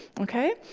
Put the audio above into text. ok?